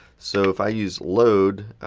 so, if i use load,